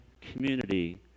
community